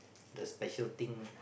the special thing